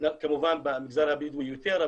כמובן במגזר הבדואי יותר,